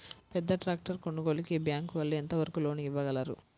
పెద్ద ట్రాక్టర్ కొనుగోలుకి బ్యాంకు వాళ్ళు ఎంత వరకు లోన్ ఇవ్వగలరు?